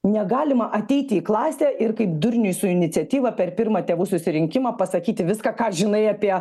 negalima ateiti į klasę ir kaip durniui su iniciatyva per pirmą tėvų susirinkimą pasakyti viską ką žinai apie